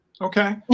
Okay